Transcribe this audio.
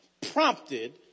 prompted